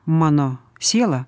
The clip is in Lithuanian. mano siela